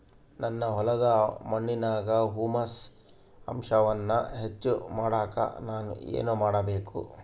ನನ್ನ ಹೊಲದ ಮಣ್ಣಿನಾಗ ಹ್ಯೂಮಸ್ ಅಂಶವನ್ನ ಹೆಚ್ಚು ಮಾಡಾಕ ನಾನು ಏನು ಮಾಡಬೇಕು?